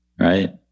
Right